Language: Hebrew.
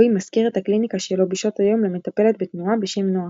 לואי משכיר את הקליניקה שלו בשעות היום למטפלת בתנועה בשם נועה.